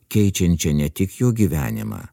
keičiančia ne tik jo gyvenimą